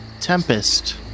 Tempest